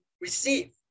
receive